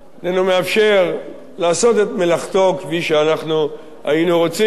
הוא איננו מאפשר לעשות את מלאכתו כפי שאנחנו היינו רוצים